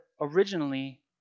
originally